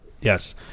Yes